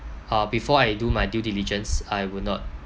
uh before I do my due diligence I will not